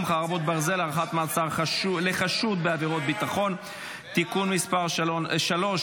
(חרבות ברזל) (הארכת מעצר לחשוד בעבירת ביטחון) (תיקון מס' 3),